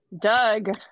doug